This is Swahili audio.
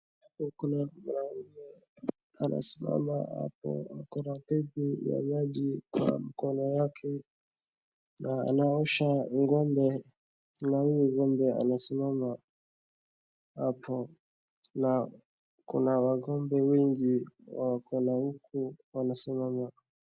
Huku kuna mwanaume amesimama hapo ako na paipu ya maji kwa mkono yake na anaosha ng'ombe na huyu ng'ombe anasimama hapo na kuna ng'ombe wengi wako na huku wanasimama.